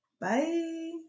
Bye